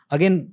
Again